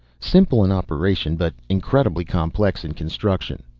simple in operation but incredibly complex in construction.